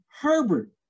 Herbert